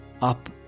up